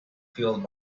fueled